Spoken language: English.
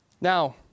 Now